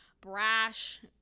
brash